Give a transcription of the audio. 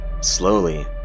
Slowly